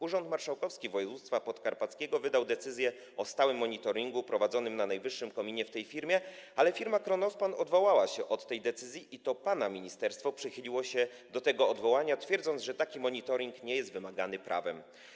Urząd Marszałkowski Województwa Podkarpackiego wydał decyzję o stałym monitoringu prowadzonym na najwyższym kominie w tej firmie, ale firma Kronospan odwołała się od tej decyzji i to pana ministerstwo przychyliło się do tego odwołania, twierdząc, że taki monitoring nie jest wymagany prawem.